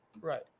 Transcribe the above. right